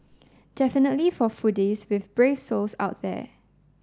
definitely for foodies with brave souls out there